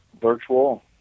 Virtual